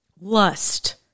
lust